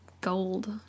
gold